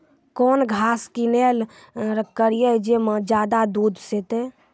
कौन घास किनैल करिए ज मे ज्यादा दूध सेते?